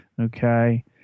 Okay